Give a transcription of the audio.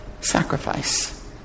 sacrifice